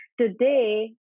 Today